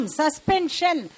suspension